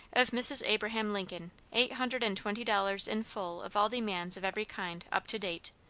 of mrs. abraham lincoln, eight hundred and twenty dollars in full of all demands of every kind up to date.